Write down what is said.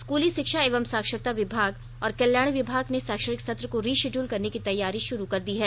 स्कूली षिक्षा एवं साक्षरता विभाग और कल्याण विभाग ने शैक्षणिक सत्र को री षिडयुल करने की तैयारी शुरू कर दी है